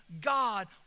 God